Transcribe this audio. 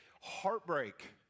heartbreak